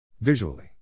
Visually